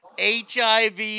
HIV